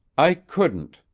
i couldn't,